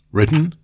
Written